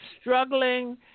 struggling